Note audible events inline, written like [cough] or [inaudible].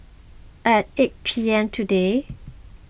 at eight P M [noise]